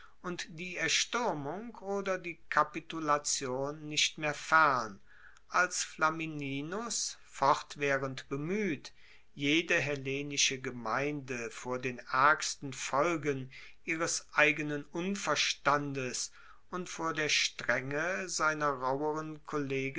die erstuermung oder die kapitulation nicht mehr fern als flamininus fortwaehrend bemueht jede hellenische gemeinde vor den aergsten folgen ihres eigenen unverstandes und vor der strenge seiner rauheren kollegen